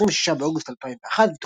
ב-26 באוגוסט 2001,